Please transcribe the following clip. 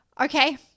Okay